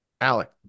Alec